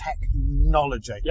technology